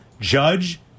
Judge